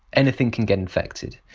anything can get infected.